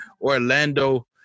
Orlando